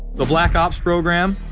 the black ops program,